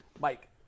Mike